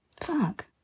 fuck